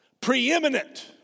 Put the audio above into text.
Preeminent